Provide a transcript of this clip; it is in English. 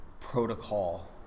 protocol